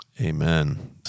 Amen